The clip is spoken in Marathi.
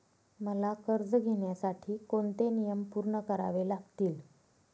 मला कर्ज घेण्यासाठी कोणते नियम पूर्ण करावे लागतील?